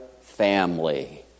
family